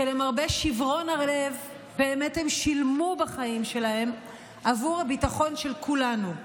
ולמרבה שברון הלב באמת הם שילמו בחיים שלהם עבור הביטחון של כולנו.